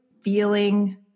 feeling